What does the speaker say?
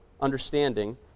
understanding